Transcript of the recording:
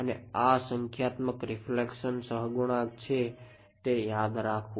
અને આ સંખ્યાત્મક રીફ્લેક્શન સહગુણક છે તે યાદ રાખવું